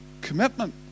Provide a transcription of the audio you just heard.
commitment